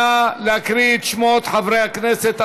נא להקריא את שמות חברי הכנסת.